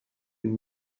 une